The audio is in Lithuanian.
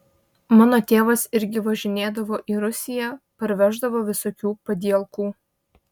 mano tėvas irgi važinėdavo į rusiją parveždavo visokių padielkų